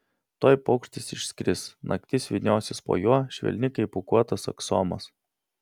tuoj paukštis išskris naktis vyniosis po juo švelni kaip pūkuotas aksomas